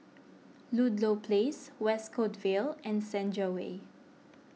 Ludlow Place West Coast Vale and Senja Way